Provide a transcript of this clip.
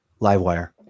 Livewire